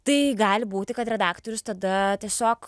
tai gali būti kad redaktorius tada tiesiog